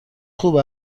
خوب